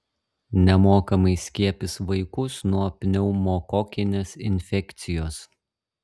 nemokamai skiepys vaikus nuo pneumokokinės infekcijos